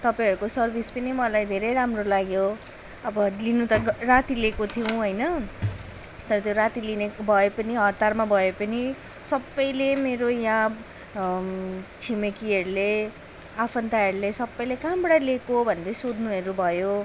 तपाईँहरूको सर्भिस पनि मलाई धेरै राम्रो लाग्यो अब लिनु त राति लिएको थियौँ होइन तर त्यो राति लिएको भए पनि हतारमा भए पनि सबैले मेरो यहाँ छिमेकीहरूले आफन्तहरूले सबैले कहाँबाट ल्याएको भनेर सोध्नुहरू भयो